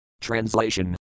Translation